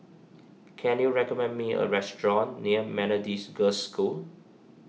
can you recommend me a restaurant near Methodist Girls' School